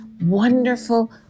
wonderful